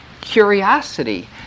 curiosity